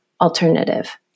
alternative